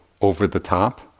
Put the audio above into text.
over-the-top